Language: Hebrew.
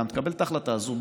תקבל את ההחלטה הזאת.